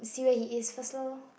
see where he is first lor